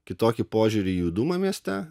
kitokį požiūrį judumą mieste